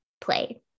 play